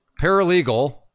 paralegal